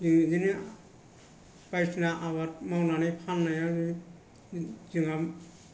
बिदिनो बायदिसिना आबाद मावनानै फानो आङो जोंहा